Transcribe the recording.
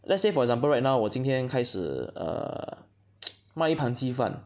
let's say for example right now 我今天开始 err 卖一盘鸡饭